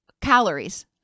calories